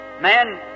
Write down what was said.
Man